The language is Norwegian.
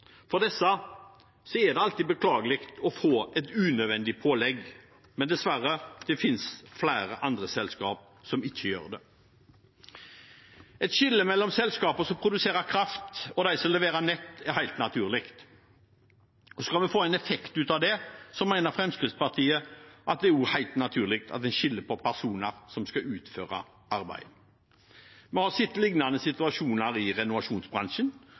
For disse er det alltid beklagelig å få et unødvendig pålegg, men dessverre – det finnes flere andre selskaper som ikke gjør det. Et skille mellom selskaper som produserer kraft, og dem som leverer nett, er helt naturlig. Skal vi få en effekt ut av det, mener Fremskrittspartiet at det også er helt naturlig at en skiller på personer som skal utføre arbeidet. Vi har sett lignende situasjoner i renovasjonsbransjen,